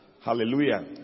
Hallelujah